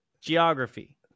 Geography